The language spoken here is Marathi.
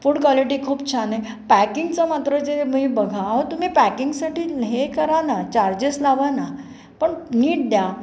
फूड क्वालिटी खूप छान आहे पॅकिंगचं मात्र जे मी बघा अहो तुम्ही पॅकिंगसाठी हे करा ना चार्जेस लावा ना पण नीट द्या